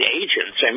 agents